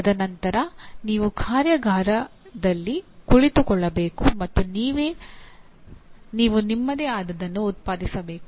ತದನಂತರ ನೀವು ಕಾರ್ಯಾಗಾರದಲ್ಲಿ ಕುಳಿತುಕೊಳ್ಳಬೇಕು ಮತ್ತು ನೀವು ನಿಮ್ಮದೇ ಆದದನ್ನು ಉತ್ಪಾದಿಸಬೇಕು